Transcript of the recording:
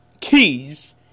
keys